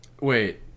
wait